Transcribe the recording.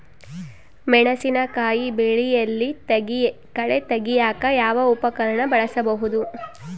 ಮೆಣಸಿನಕಾಯಿ ಬೆಳೆಯಲ್ಲಿ ಕಳೆ ತೆಗಿಯಾಕ ಯಾವ ಉಪಕರಣ ಬಳಸಬಹುದು?